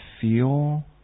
feel